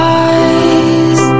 eyes